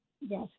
yes